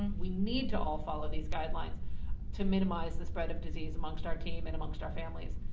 we need to all follow these guidelines to minimize the spread of disease amongst our team and amongst our families.